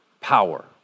power